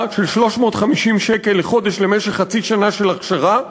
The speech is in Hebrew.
של 350 שקל לחודש למשך חצי שנה של אכשרה,